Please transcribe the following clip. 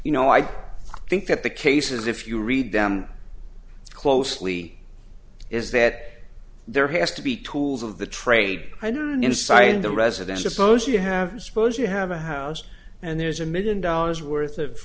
you know i think that the cases if you read them closely is that there has to be tools of the trade and an inside the residence suppose you have suppose you have a house and there's a million dollars worth of